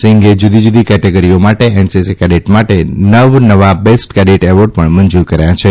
શિંગે જુદી જુદી કેટેગરીઓ માટે એનસીસી કેડેટ માટે નવ નવા બેસ્ટ કેડેટ એવોર્ડ પણ મંજુર કર્યા છે